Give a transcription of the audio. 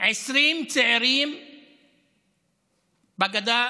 20 צעירים בגדה,